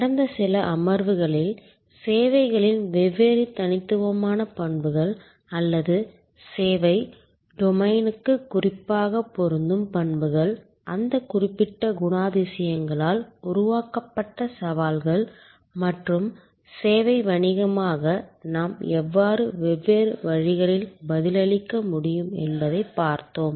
கடந்த சில அமர்வுகளில் சேவைகளின் வெவ்வேறு தனித்துவமான பண்புகள் அல்லது சேவை டொமைனுக்கு குறிப்பாகப் பொருந்தும் பண்புகள் அந்த குறிப்பிட்ட குணாதிசயங்களால் உருவாக்கப்பட்ட சவால்கள் மற்றும் சேவை வணிகமாக நாம் எவ்வாறு வெவ்வேறு வழிகளில் பதிலளிக்க முடியும் என்பதைப் பார்த்தோம்